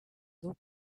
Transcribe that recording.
daug